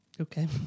okay